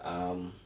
um